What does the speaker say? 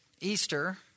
Easter